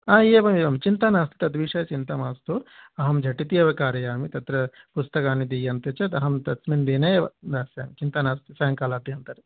हा एवमेव चिन्ता नास्ति तद्विषये चिन्ता मास्तु अहं झटिति एव कारयामि तत्र पुस्तकानि दीयन्ते चेत् अहं तस्मिन् दिनेव दास्यामि चिन्ता नास्ति सायङ्कालाभ्यन्तरे